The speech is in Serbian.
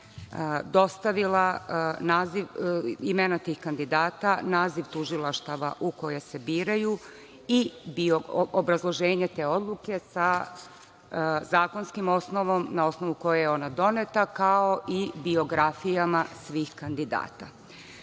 dostavilo imena tih kandidata, naziva tužilaštava u koje se biraju i obrazloženje te odluke sa zakonskom osnovom na osnovu koje je ona doneta, kao i biografijama svih kandidata. Budući